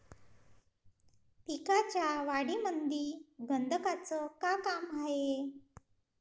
पिकाच्या वाढीमंदी गंधकाचं का काम हाये?